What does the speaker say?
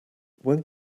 when